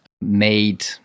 made